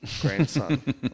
grandson